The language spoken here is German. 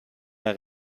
mehr